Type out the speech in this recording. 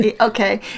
okay